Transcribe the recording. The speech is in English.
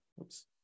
Oops